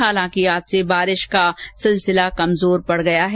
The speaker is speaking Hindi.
हालांकि आज से बारिश का सिलसिला कमजोर हो गया है